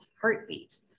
heartbeat